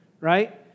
right